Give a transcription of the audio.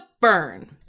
burn